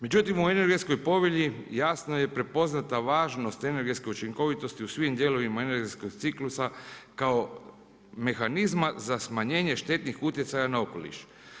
Međutim, u energetskoj povelji, jasno je prepoznata važnost energetske učinkovitosti u svim dijelovima energetskog ciklusa kao mehanizma za smanjenje štetnih utjecaja na okoliš.